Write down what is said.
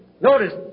notice